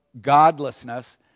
godlessness